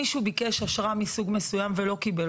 מישהו ביקש אשרה מסוג מסוים ולא קיבל,